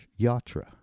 Yatra